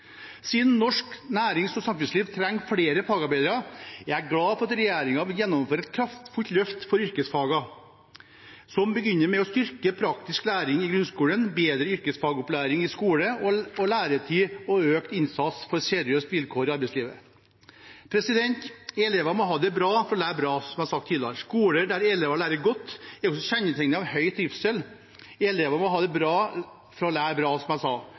Siden norsk nærings- og samfunnsliv trenger flere fagarbeidere, er jeg glad for at regjeringen vil gjennomføre et kraftfullt løft for yrkesfagene, som begynner med å styrke praktisk læring i grunnskolen, bedre yrkesfagopplæring i skole og læretid og økt innsats for seriøse vilkår i arbeidslivet. Elever må ha det bra for å lære bra, som jeg har sagt tidligere. Skoler der elever lærer godt, er også kjennetegnet av høy trivsel. Barn og unge skal ha